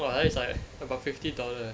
!wah! that's like about fifty dollar eh